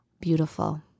beautiful